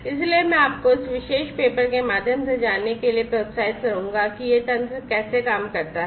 इसलिए मैं आपको इस विशेष पेपर के माध्यम से जाने के लिए प्रोत्साहित करूंगा कि यह तंत्र कैसे काम करता है